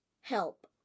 help